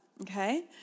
okay